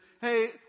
hey